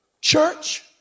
Church